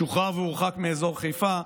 שוחרר והורחק מאזור חיפה,